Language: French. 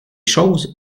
choses